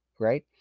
right